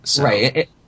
Right